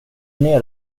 ner